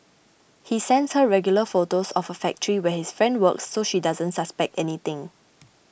he sends her regular photos of a factory where his friend works so she doesn't suspect anything